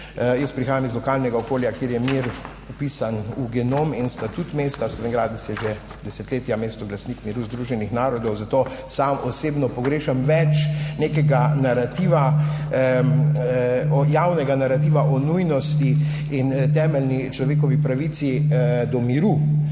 prihajam iz lokalnega okolja, kjer je mir vpisan v genom in statut mesta. Slovenj Gradec je že desetletja mesto glasnik miru Združenih narodov, zato sam osebno pogrešam več nekega narativa, javnega narativa o nujnosti in temeljni človekovi pravici do miru.